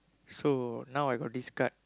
so now I got this card